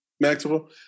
Maxwell